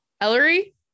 ellery